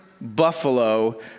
buffalo